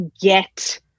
get